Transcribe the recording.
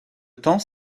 temps